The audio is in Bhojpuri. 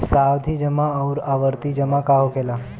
सावधि जमा आउर आवर्ती जमा का होखेला?